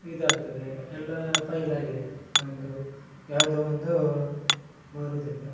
ಇದಾಗ್ತದೆ ಎಲ್ಲ ಫೈಲಾಗಿದೆ ನಮ್ಮದು ಯಾವುದೋ ಒಂದು ಬರೋದಿಲ್ಲ